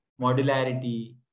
modularity